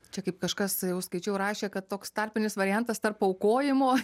čia kaip kažkas jau skaičiau rašė kad toks tarpinis variantas tarp aukojimo